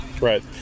right